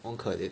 我很可怜